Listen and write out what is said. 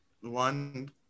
one